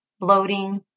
bloating